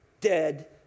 Dead